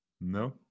No